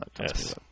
Yes